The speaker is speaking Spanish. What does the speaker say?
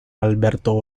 alberto